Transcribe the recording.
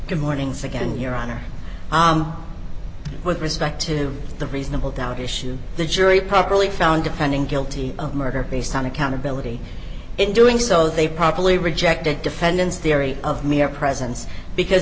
good morning so again your honor with respect to the reasonable doubt issue the jury properly found defending guilty of murder based on accountability in doing so they probably rejected defendant's theory of mere presence because